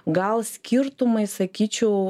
gal skirtumai sakyčiau